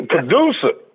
Producer